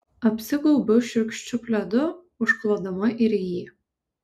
apsigaubiu šiurkščiu pledu užklodama ir jį